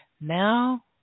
Now